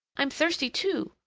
i'm thirsty, too!